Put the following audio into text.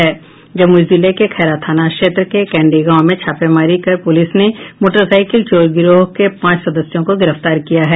जमुई जिले के खैरा थाना क्षेत्र के कैंडी गांव में छापेमारी कर पुलिस ने मोटरसाईकिल चोर गिरोह के पांच सदस्यों को गिरफ्तार किया है